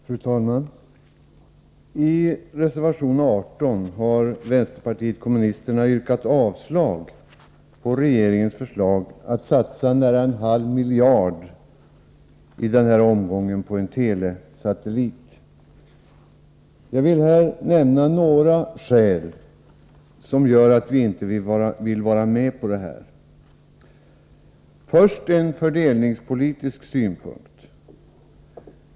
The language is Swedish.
Fru talman! I reservation 15 har vänsterpartiet kommunisterna yrkat avslag på regeringens förslag att satsa nära en halv miljard i denna omgång på en telesatellit. Jag vill nämna några skäl som gör att vi inte vill vara med på det. Först en fördelningspolitisk synpunkt.